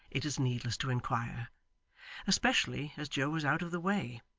it is needless to inquire especially as joe was out of the way,